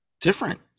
Different